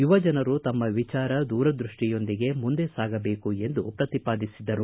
ಯುವಜನರು ತಮ್ಮ ವಿಚಾರ ದೂರದೃಷ್ಟಿಯೊಂದಿಗೆ ಮುಂದೆ ಸಾಗಬೇಕು ಎಂದು ಪ್ರತಿಪಾದಿಸಿದರು